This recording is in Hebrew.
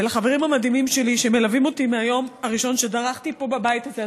ולחברים המדהימים שלי שמלווים אותי מהיום הראשון שדרכתי פה בבית הזה,